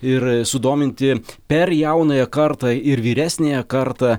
ir sudominti per jaunąją kartą ir vyresniąją kartą